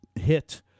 hit